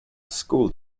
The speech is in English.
school